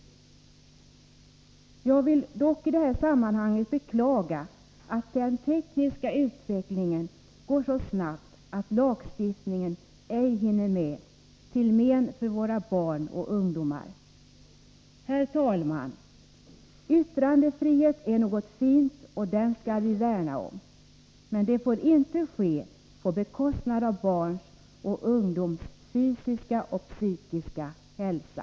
Jag vill dock i det här sammanhanget beklaga att den tekniska utvecklingen går så snabbt att lagstiftningen ej hinner med, till men för barn och ungdomar. Herr talman! Yttrandefrihet är något fint, den skall vi värna om, men det får inte ske på bekostnad av barns och ungdomars fysiska och psykiska hälsa.